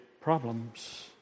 problems